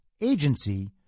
Agency